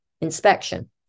inspection